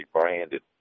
branded